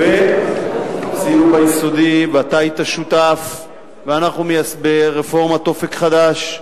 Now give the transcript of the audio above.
עשינו ביסודי, ואתה היית שותף ברפורמת "אופק חדש",